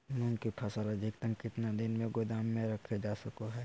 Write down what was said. मूंग की फसल अधिकतम कितना दिन गोदाम में रखे जा सको हय?